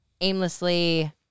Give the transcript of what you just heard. aimlessly